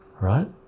right